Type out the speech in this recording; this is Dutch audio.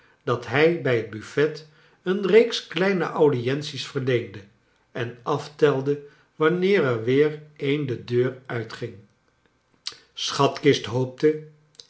dat hij bij het buffet een reeks kleine audienties verleende en aftelde wanneer er weer een de deur nitging schatkist hoopte